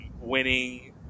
winning